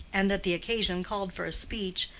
and that the occasion called for a speech,